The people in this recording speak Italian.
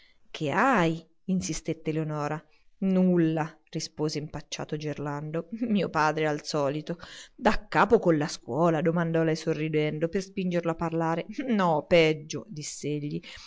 che hai insistette eleonora nulla rispose impacciato gerlando mio padre al solito daccapo con la scuola domandò lei sorridendo per spingerlo a parlare no peggio diss egli